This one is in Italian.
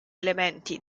elementi